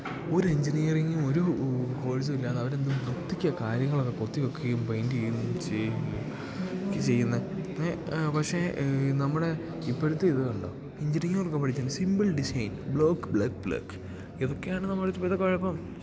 ഒരെഞ്ചിനിയറിങ്ങും ഒരു കോഴ്സും ഇല്ലാതെ അവരെന്ത് വൃത്തിക്കാ കാര്യങ്ങളൊക്കെ കൊത്തി വെക്കുകയും പെയിന്റ് ചെയ്യുകയും ഒക്കെ ചെയ്യുന്നത് പക്ഷെ നമ്മുടെ ഇപ്പഴത്തെ ഇത് കണ്ടോ എഞ്ചിനീയറൊക്കെ പഠിച്ചിട്ട് simple design block block block ഇതൊക്കെയാണ് നമ്മളുടെ ഇപ്പോഴത്തെ കുഴപ്പം